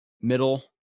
middle